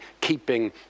keeping